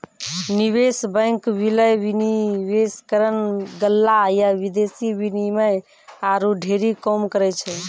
निवेश बैंक, विलय, विनिवेशकरण, गल्ला या विदेशी विनिमय आरु ढेरी काम करै छै